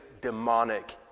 demonic